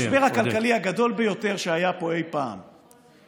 במשבר הכלכלי הגדול ביותר שהיה פה אי פעם אתה אופטימי,